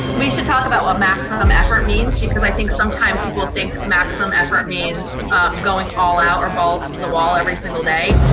we should talk about what maximum effort means, because i think sometimes people think maximum effort means going all out or balls to the wall every single day.